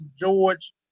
George